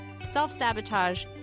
self-sabotage